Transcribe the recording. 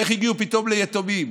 איך הגיעו פתאום ליתומים?